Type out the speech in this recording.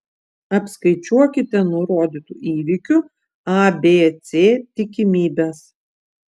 apskaičiuokite nurodytų įvykių a b c tikimybes